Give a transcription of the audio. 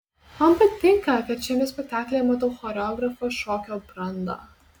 man patinka kad šiame spektaklyje matau choreografo šokio brandą